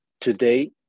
today